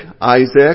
Isaac